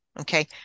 okay